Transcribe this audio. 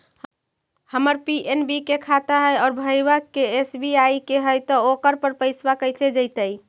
हमर पी.एन.बी के खाता है और भईवा के एस.बी.आई के है त ओकर पर पैसबा कैसे जइतै?